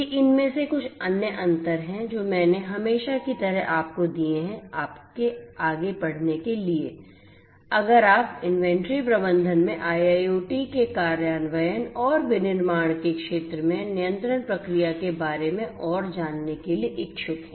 ये इनमें से कुछ अन्य अंतर हैं जो मैंने हमेशा की तरह आपको दिए हैं आपके आगे पढ़ने के लिए अगर आप इन्वेंट्री प्रबंधन में IIoT के कार्यान्वयन और विनिर्माण क्षेत्र में नियंत्रण प्रक्रिया के बारे में और जानने के लिए इच्छुक हैं